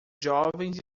jovens